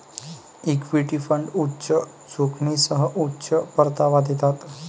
equity fund उच्च जोखमीसह उच्च परतावा देतात